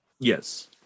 Yes